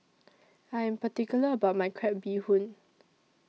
I'm particular about My Crab Bee Hoon